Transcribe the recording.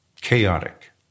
chaotic